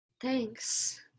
Thanks